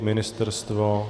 Ministerstvo?